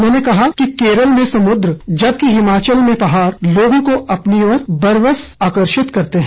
उन्होंने कहा कि केरल में समुद्र जबकि हिमाचल में पहाड़ लोगों को अपनी ओर बरबस आकर्षित करते हैं